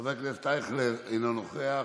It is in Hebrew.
חבר הכנסת אייכלר, אינו נוכח,